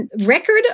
record